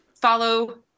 follow